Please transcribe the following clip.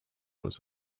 was